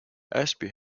ashby